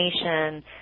information